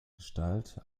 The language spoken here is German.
gestalt